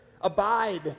abide